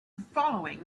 following